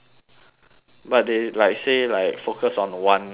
but they like say like focus on one theory